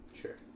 Sure